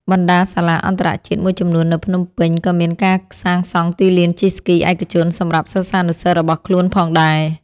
បណ្ដាសាលាអន្តរជាតិមួយចំនួននៅភ្នំពេញ ក៏មានការសាងសង់ទីលានជិះស្គីឯកជនសម្រាប់សិស្សានុសិស្សរបស់ខ្លួនផងដែរ។